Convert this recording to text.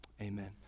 amen